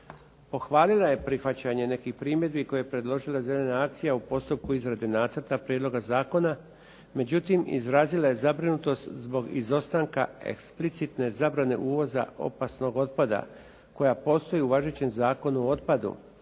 Pohvalila je prihvaćanje nekih primjedbi koje je predložila Zelena akcija u postupku izrade nacrta prijedloga zakona. Međutim, izrazila je zabrinutost zbog izostanka explicitne zabrane uvoza opasnog otpada koja postoji u važećem Zakonu o otpadu.